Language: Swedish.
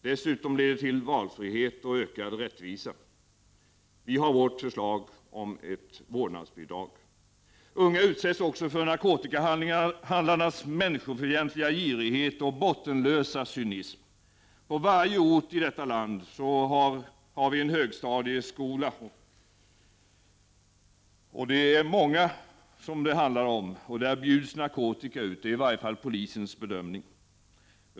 Dessutom leder det till valfrihet och ökad rättvisa. Vi har vårt förslag om ett vårdnadsbidrag. Unga utsätts också för narkotikahandlarnas människofientliga girighet och bottenlösa cynism. På varje ort i detta land har vi en högstadieskola — och det handlar om många — där narkotika bjuds ut. Det är i varje fall polisens bedömning.